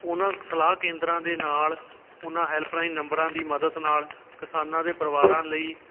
ਉਹਨਾਂ ਸਲਾਹ ਕੇਂਦਰਾਂ ਦੇ ਨਾਲ ਉਹਨਾਂ ਹੈਲਪਲਾਈਨ ਨੰਬਰਾਂ ਦੀ ਮਦਦ ਨਾਲ ਕਿਸਾਨਾਂ ਦੇ ਪਰਿਵਾਰਾਂ ਲਈ